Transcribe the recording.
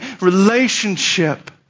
relationship